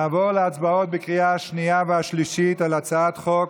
נעבור להצבעות בקריאה השנייה והשלישית על הצעת חוק